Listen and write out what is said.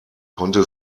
konnte